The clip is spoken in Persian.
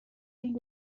این